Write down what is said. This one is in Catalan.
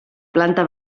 planta